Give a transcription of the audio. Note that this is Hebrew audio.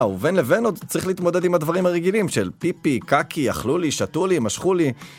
ובין לבין עוד צריך להתמודד עם הדברים הרגילים של פיפי, קקי, אכלו לי, שתו לי, משכו לי.